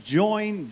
join